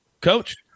Coach